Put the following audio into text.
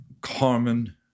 Carmen